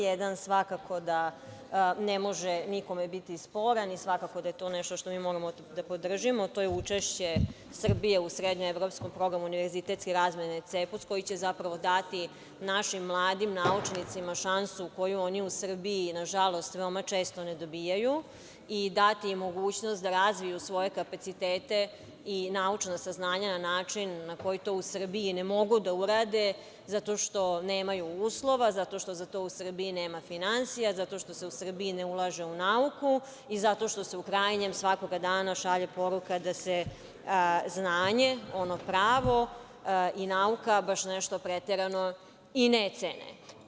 Jedan svakako da ne može nikome biti sporan i svakako da je to nešto što moramo da podržimo, to je učešće Srbije u srednjeevropskom programu univerzitetske razmene CEEPUS, koji će zapravo dati našim mladim naučnicima šansu koju oni u Srbiji, nažalost, veoma često ne dobijaju i dati im mogućnost da razviju svoje kapacitete i naučna saznanja na način na koji to u Srbiji ne mogu da urade, zato što nemaju uslova, zato što za to u Srbiji nema finansija, zato što se u Srbiji ne ulaže u nauku i zato što se, u krajnjem, svakoga dana šalje poruka da se znanje, ono pravo, i nauka baš nešto preterano i ne cene.